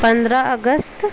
पंद्रह अगस्त